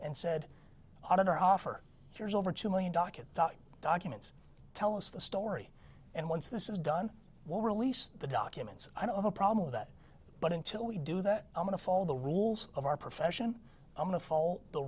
and said on our offer here's over two million docket documents tell us the story and once this is done will release the documents i don't have a problem with that but until we do that i'm going to fall the rules of our profession i'm going to fall the